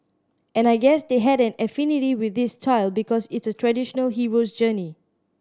and I guess they had an affinity with this style because it's a traditional hero's journey